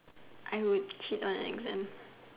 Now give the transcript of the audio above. I would cheat on exam